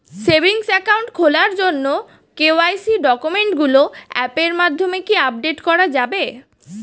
Savings account খোলার জন্য KYC ডকুমেন্টগুলো অ্যাপের মাধ্যমে কি আপডেট করা যাবে?